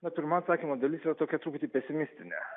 na pirma atsakymo dalis yra tokia truputį pesimistinė